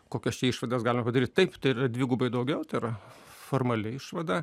kokias čia išvadas galima padaryt taip tai yra dvigubai daugiau tai yra formali išvada